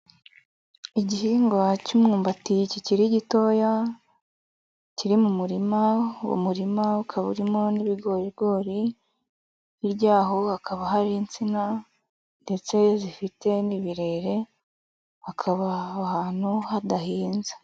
Igihingwa cy'imwumbati kikiri gitoya, kiri mu murima, uwo umurima ukabarimo n'ibigorigori, hirya yaho hakaba hari insina ndetse zifite n'ibirere, hakaba ahantu hadahinze.